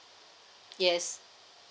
yes